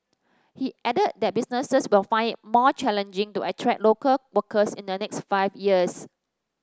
he added that businesses will find it more challenging to attract local workers in the next five years